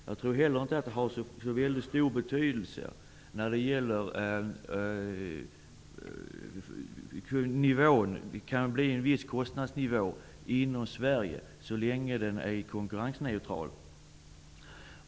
Jag tror heller inte att det har så stor betydelse för kostnadsnivån inom Sverige, så länge den är konkurrensneutral.